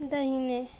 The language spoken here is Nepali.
दाहिने